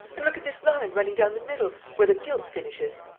and look at this line running down the middle, where the gilt finishes.